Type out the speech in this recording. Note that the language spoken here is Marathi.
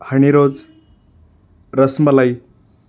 हणिरोज रसमलाई